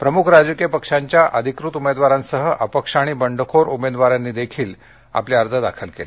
प्रमुख राजकीय पक्षांच्या अधिकृत उमेदवारांसह अपक्ष आणि बंडखोर उमेदवारांनीही उमेदवारी अर्ज दाखल केले